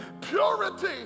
purity